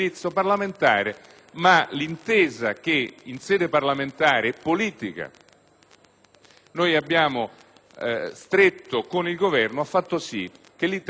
L'intesa che in sede parlamentare e politica abbiamo stretto con il Governo, però, ha fatto sì che l'Italia, assieme